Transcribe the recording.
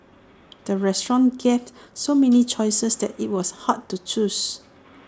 the restaurant gave so many choices that IT was hard to choose